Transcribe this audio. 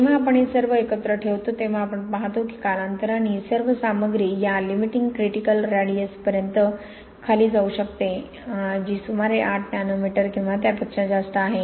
जेव्हा आपण हे सर्व एकत्र ठेवतो तेव्हा आपण पाहतो की कालांतराने ही सर्व सामग्री या लिमिटिंग क्रिटिकल रॅडिअस पर्यंत खाली येऊ शकते जी सुमारे 8 नॅनोमीटर किंवा त्यापेक्षा जास्त आहे